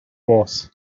was